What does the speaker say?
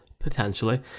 Potentially